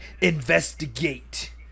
investigate